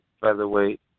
Featherweight